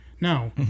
No